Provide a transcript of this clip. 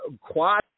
quad